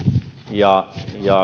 ja